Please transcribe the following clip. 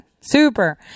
Super